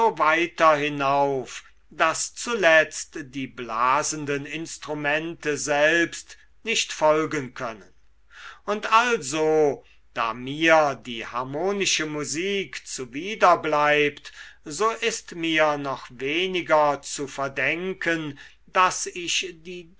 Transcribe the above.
weiter hinauf daß zuletzt die blasenden instrumente selbst nicht folgen können und also da mir die harmonische musik zuwider bleibt so ist mir noch weniger zu verdenken daß ich die